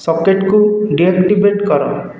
ସକେଟ୍କୁ deactivate କର